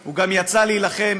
הוא גם יצא להילחם,